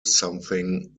something